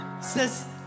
says